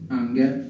anger